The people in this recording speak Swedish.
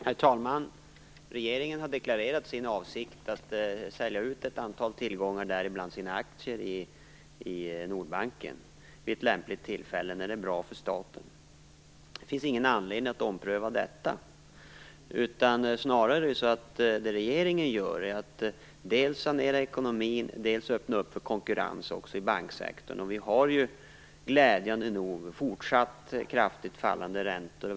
Herr talman! Regeringen har deklarerat sin avsikt att sälja ut ett antal tillgångar, däribland sina aktier i Nordbanken, vid ett lämpligt tillfälle när det är bra för staten. Det finns ingen anledning att ompröva detta. Det regeringen gör är dels att sanera ekonomin dels öppna för konkurrens också i banksektorn. Vi har glädjande nog fortsatt kraftigt fallande räntor.